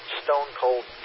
stone-cold